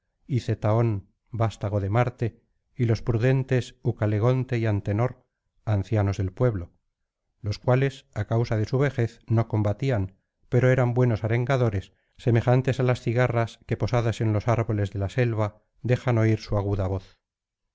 hicetaón vastago de marte y los prudentes ucalegonte y antenor ancianos del pueblo los cuales á causa de su vejez no combatían pero eran buenos arengadores semejantes á las cigarras que posadas en los árboles de la selva dejan oir su aguda voz